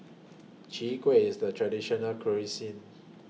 Chwee Kueh IS The Traditional Local Cuisine